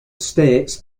states